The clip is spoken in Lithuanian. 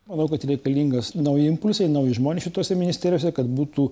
manau kad reikalingas nauji impulsai nauji žmonės kitose ministerijose kad būtų